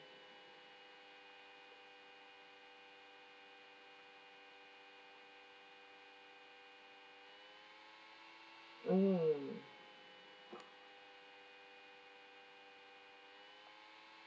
mm